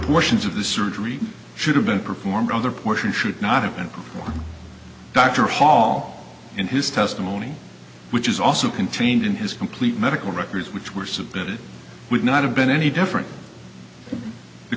portions of the surgery should have been performed other portions should not have been dr hall in his testimony which is also contained in his complete medical records which were submitted would not have been any different the